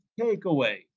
takeaway